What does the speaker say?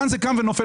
כאן זה קם ונופל.